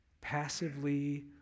passively